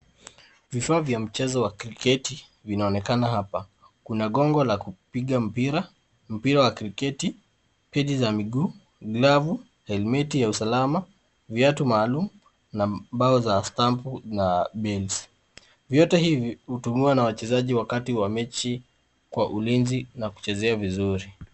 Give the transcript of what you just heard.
Vifaa vya mchezo wa kriketi vinaonekana hapa. Kuna gongo la kupiga mpira, mpira wa kriketi, pedi za miguu, glavu , helmeti ya usalama, viatu maalum na mbao za stampu bales . Vyote hivi hutumiwa na wachezaji wakati wa mechi kwa ulinzi na kuchezea vizuri.